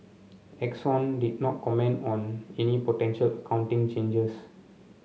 Exxon did not comment on any potential accounting changes